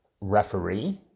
referee